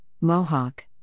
Mohawk